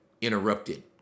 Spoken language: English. interrupted